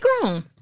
grown